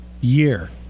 year